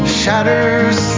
shatters